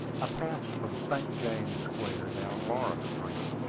i passed from st. james square down laura street,